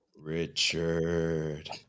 Richard